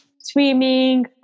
swimming